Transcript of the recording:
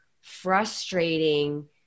frustrating